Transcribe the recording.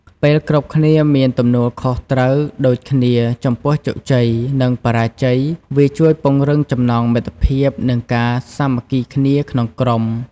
ពេលគ្រប់គ្នាមានទំនួលខុសត្រូវដូចគ្នាចំពោះជោគជ័យ និងបរាជ័យ វាជួយពង្រឹងចំណងមិត្តភាព និងការសាមគ្គីគ្នាក្នុងក្រុម។